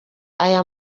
aya